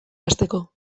hasteko